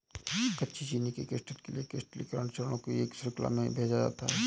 कच्ची चीनी के क्रिस्टल के लिए क्रिस्टलीकरण चरणों की एक श्रृंखला में भेजा जाता है